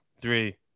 three